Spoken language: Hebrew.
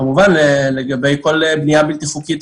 כמובן שלגבי כל בנייה בלתי חוקית